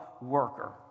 worker